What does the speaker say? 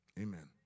Amen